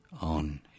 on